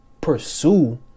pursue